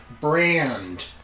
brand